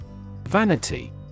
Vanity